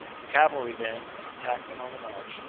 the cavalry, then, must attack them on the march,